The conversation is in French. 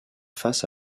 face